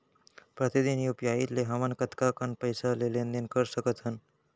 प्रतिदन यू.पी.आई ले हमन कतका कन पइसा के लेन देन ल कर सकथन?